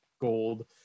gold